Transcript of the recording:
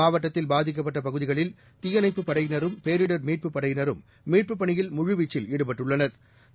மாவட்டத்தில் பாதிக்கப்பட்ட பகுதிகளில் தீயனைப்புப் படையினரும் பேரிடர் மீட்புப் படையினரும் மீட்புப் பணியில் முழுவீச்சில் ஈடுபட்டுள்ளனா்